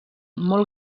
molt